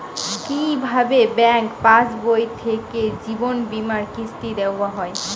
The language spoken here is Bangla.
কি ভাবে ব্যাঙ্ক পাশবই থেকে জীবনবীমার কিস্তি দেওয়া হয়?